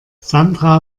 sandra